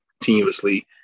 continuously